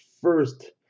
first